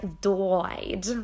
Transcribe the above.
died